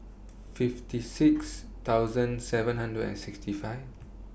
fifty six thousand seven hundred and sixty five